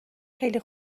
خیلی